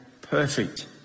perfect